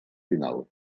final